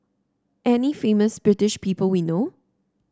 any famous British people we know